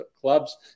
clubs